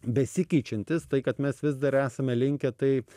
besikeičiantis tai kad mes vis dar esame linkę taip